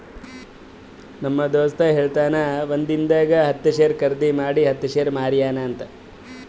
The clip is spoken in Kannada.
ನಮ್ ದೋಸ್ತ ಹೇಳತಿನು ಒಂದಿಂದಾಗ ಹತ್ತ್ ಶೇರ್ ಖರ್ದಿ ಮಾಡಿ ಹತ್ತ್ ಶೇರ್ ಮಾರ್ಯಾನ ಅಂತ್